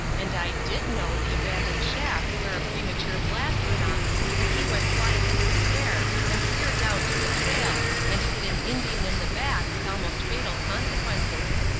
and i did know the abandoned shaft where a premature blast went off and he went flying through the air and clear down to the trail and hit an indian in the back with almost fatal consequences.